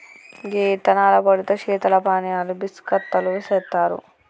గీ యిత్తనాల పొడితో శీతల పానీయాలు బిస్కత్తులు సెత్తారు